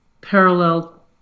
parallel